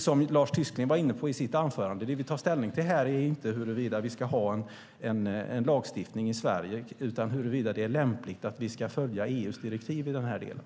Som Lars Tysklind var inne på i sitt anförande: Det vi tar ställning till är inte huruvida vi ska ha en lagstiftning i Sverige utan huruvida det är lämpligt att vi ska följa EU:s direktiv i den här delen.